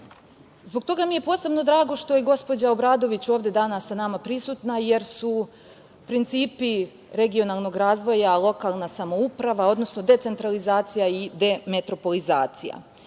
toga mi je posebno drago što je gospođa Obradović ovde danas sa nama prisutna, jer su principi regionalnog razvoja lokalna samouprava, odnosno decentralizacija i demetropolizacija.